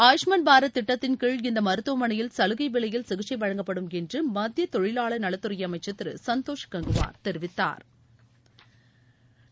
ஆயுஷ்மான் பாரத் திட்டத்தின் கீழ் இந்தமருத்துவமனைகளில் சலுகைவிலையில் சிகிச்சைவழங்கப்படும் என்றுமத்தியதொழிலாளா் நலத்துறைஅமைச்சா் திருசந்தோஷ் கங்குவாா் தெரிவித்தாா்